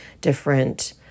different